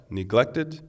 neglected